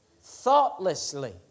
Thoughtlessly